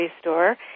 store